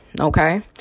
Okay